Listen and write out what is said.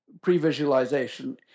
pre-visualization